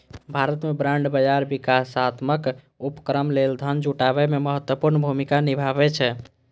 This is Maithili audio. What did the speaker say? भारत मे बांड बाजार विकासात्मक उपक्रम लेल धन जुटाबै मे महत्वपूर्ण भूमिका निभाबै छै